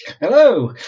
Hello